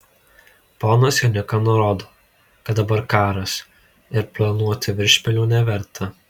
ponas jonika nurodo kad dabar karas ir planuoti viršpelnių neverta